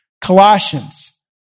Colossians